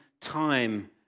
time